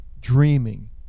dreaming